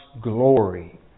glory